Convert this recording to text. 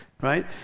Right